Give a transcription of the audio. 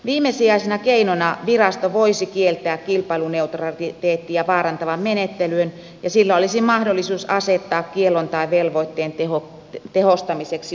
viimesijaisena keinona virasto voisi kieltää kilpailuneutraliteettia vaarantavan menettelyn ja sillä olisi mahdollisuus asettaa kiellon tai velvoitteen tehostamiseksi uhkasakko